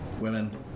women